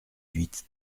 huit